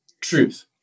Truth